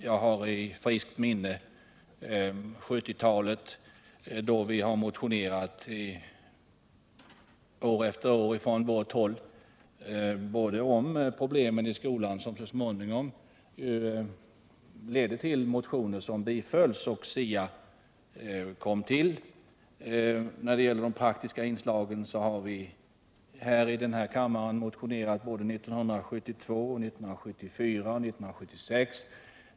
Jag har i friskt minne hur vi från vårt håll har motionerat om problemen i skolan år efter år under 1970-talet, vilket så småningom ledde till att motioner också bifölls och SIA kom till. När det gäller de praktiska inslagen har vi motionerat såväl 1972 som 1974 och 1976.